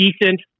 Decent